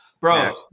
bro